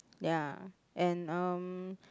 ya and um